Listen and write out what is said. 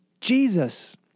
Jesus